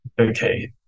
okay